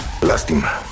Lástima